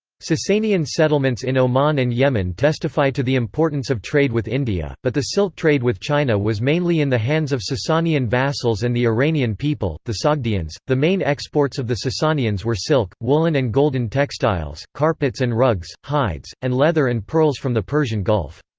sassanian settlements in oman and yemen testify to the importance of trade with india, but the silk trade with china was mainly in the hands of sasanian vassals and the iranian people, the sogdians the main exports of the sasanians were silk woolen and golden textiles carpets and rugs hides and leather and pearls from the persian gulf.